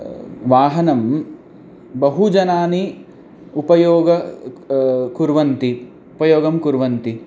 वाहनं बहु जनाः उपयोगं कुर्वन्ति उपयोगं कुर्वन्ति